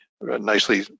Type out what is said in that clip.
nicely